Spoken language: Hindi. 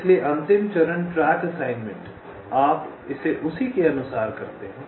इसलिए अंतिम चरण ट्रैक असाइनमेंट आप इसे उसी के अनुसार करते हैं